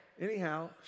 Anyhow